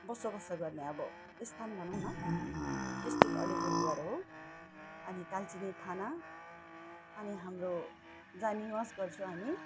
बसोबासो गर्ने अब स्थान भनौँ न डिस्ट्रिक्ट अलिपुरद्वार हो अनि कालचिनी थाना अनि हाम्रो जहाँ निवास गर्छौँ हामी